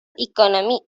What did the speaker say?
economy